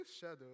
shadow